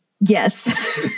Yes